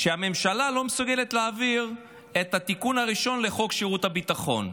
שהממשלה לא מסוגלת להעביר את התיקון הראשון לחוק שירות הביטחון.